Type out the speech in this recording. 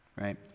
Right